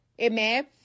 Amen